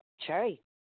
Cherry